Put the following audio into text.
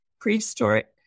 prehistoric